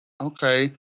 okay